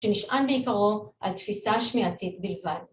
נשען בעיקרו על תפיסה שמיעתית בלבד